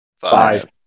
Five